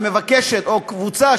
או קבוצה,